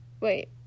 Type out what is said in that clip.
Wait